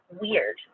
weird